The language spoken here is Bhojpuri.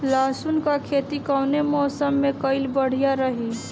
लहसुन क खेती कवने मौसम में कइल बढ़िया रही?